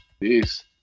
peace